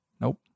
Nope